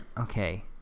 okay